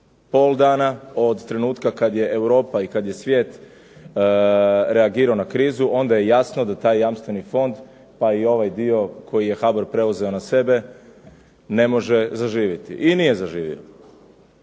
pol dana od trenutka kad je Europa i kad je svijet reagirao na krizu, onda je jasno da taj jamstveni fond, pa i ovaj dio koji je HABOR preuzeo na sebe ne može zaživjeti. I nije zaživio.